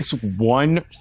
one